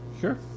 Sure